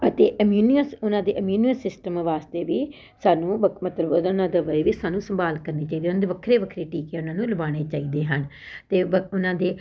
ਅਤੇ ਇਮੀਨੀਅਸ ਉਹਨਾਂ ਦੇ ਇਮੁਨਸ ਸਿਸਟਮ ਵਾਸਤੇ ਵੀ ਸਾਨੂੰ ਵਕ ਮਤਲਵ ਉਹਨਾ ਨਾਲ ਦਵਾਈ ਵੀ ਸਾਨੂੰ ਸੰਭਾਲ ਕਰਨੀ ਚਾਹੀਦੀ ਉਹਨਾਂ ਦੇ ਵੱਖਰੇ ਵੱਖਰੇ ਟੀਕੇ ਉਹਨਾਂ ਨੂੰ ਲਵਾਉਣੇ ਚਾਹੀਦੇ ਹਨ ਅਤੇ ਬ ਉਹਨਾਂ ਦੇ